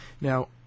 Now